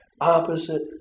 opposite